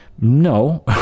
No